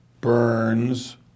Burns